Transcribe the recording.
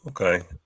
Okay